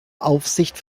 aufsicht